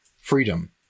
freedom